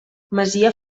masia